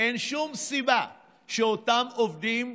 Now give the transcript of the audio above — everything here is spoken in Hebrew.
אין שום סיבה שאותם עובדים,